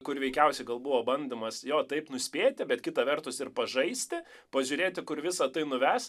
kur veikiausiai buvo bandymas jo taip nuspėti bet kita vertus ir pažaisti pažiūrėti kur visa tai nuves